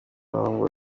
n’abahungu